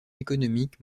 économique